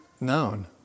known